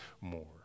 more